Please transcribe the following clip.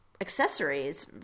accessories